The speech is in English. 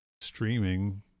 streaming